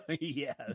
yes